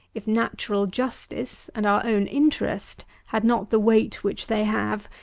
if natural justice and our own interest had not the weight which they have,